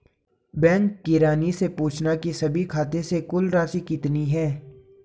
bank किरानी से पूछना की सभी खाते से कुल राशि कितनी है